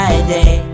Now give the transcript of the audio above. Friday